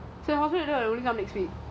so how you know only come next week